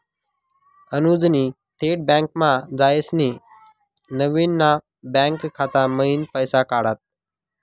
अनुजनी थेट बँकमा जायसीन नवीन ना बँक खाता मयीन पैसा काढात